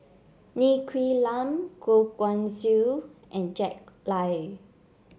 Ng Quee Lam Goh Guan Siew and Jack Lai